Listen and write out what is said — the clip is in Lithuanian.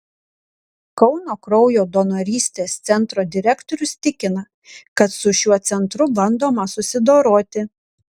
kauno kraujo donorystės centro direktorius tikina kad su šiuo centru bandoma susidoroti